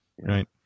right